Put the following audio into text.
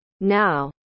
Now